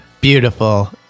beautiful